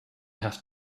have